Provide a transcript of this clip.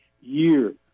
year